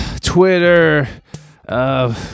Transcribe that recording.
Twitter